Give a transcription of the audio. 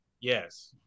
Yes